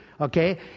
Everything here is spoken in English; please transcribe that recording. okay